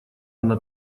она